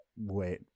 wait